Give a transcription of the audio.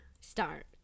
start